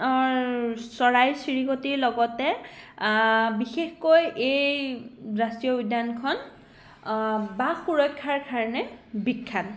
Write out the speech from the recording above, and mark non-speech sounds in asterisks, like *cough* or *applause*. *unintelligible* চৰাই চিৰিকটিৰ লগতে বিশেষকৈ এই ৰাষ্ট্ৰীয় উদ্যানখন বাঘ সুৰক্ষাৰ কাৰণে বিখ্যাত